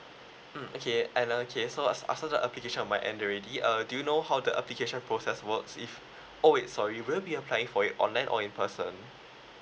mm okay and okay so us I saw the application on my end already uh do you know how the application process works if oh wait sorry will you be applying for it online or in person